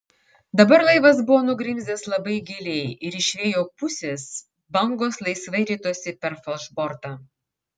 dabar laivas buvo nugrimzdęs labai giliai ir iš vėjo pusės bangos laisvai ritosi per falšbortą